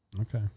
Okay